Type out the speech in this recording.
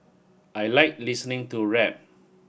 I like listening to rap